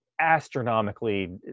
astronomically